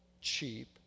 cheap